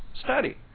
study